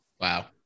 Wow